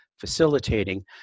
facilitating